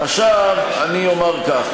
עכשיו אני אומר כך,